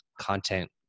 content